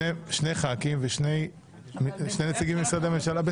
סדנאות הכנה לעובדי משרד הבריאות מה זה כנסת,